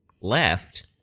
left